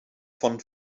von